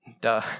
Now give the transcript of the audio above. Duh